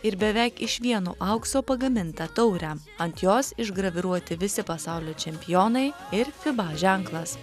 ir beveik iš vieno aukso pagaminta taurę ant jos išgraviruoti visi pasaulio čempionai ir fiba ženklas